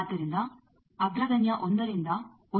ಆದ್ದರಿಂದ ಅಗ್ರಗಣ್ಯ 1 ರಿಂದ 1